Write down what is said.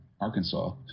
Arkansas